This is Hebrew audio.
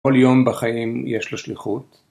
כל יום בחיים יש לו שליחות.